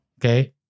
Okay